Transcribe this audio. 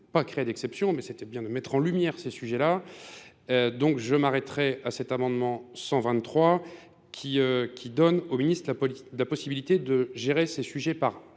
pas créer d'exception, mais c'était bien de mettre en lumière ces sujets-là. Donc je m'arrêterai à cet amendement 123 qui donne au ministre la possibilité de gérer ces sujets par